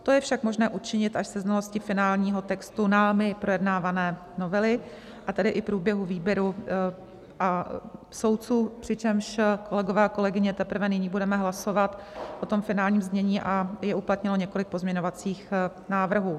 To je však možné učinit až se znalostí finálního textu námi projednávané novely, a tedy i průběhu výběru soudců, přičemž, kolegyně, kolegové, teprve nyní budeme hlasovat o finálním znění a je uplatněno několik pozměňovacích návrhů.